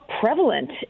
prevalent